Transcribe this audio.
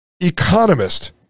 economist